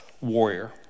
warrior